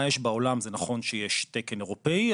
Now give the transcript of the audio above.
מה יש בעולם זה נכון שיש תקן אירופאי,